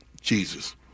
Jesus